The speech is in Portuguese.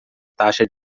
taxa